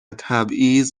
تبعیض